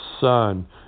son